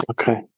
Okay